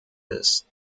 ist